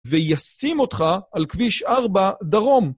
וישים אותך על כביש 4, דרום.